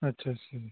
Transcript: ਅੱਛਾ ਅੱਛਾ